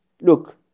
look